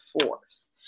force